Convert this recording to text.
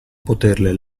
poterle